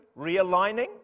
realigning